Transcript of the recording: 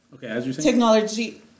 technology